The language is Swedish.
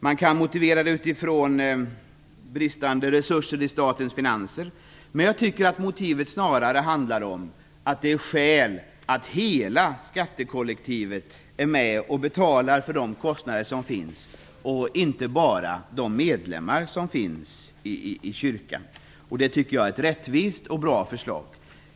Man kan möta detta genom att motivera med bristande resurser i statens finanser, men jag tycker att motivet snarare handlar om att det finns skäl för att hela skattekollektivet är med och betalar de kostnader som finns och inte bara de medlemmar som finns i kyrkan. Det tycker jag är ett rättvist och bra förslag.